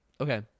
Okay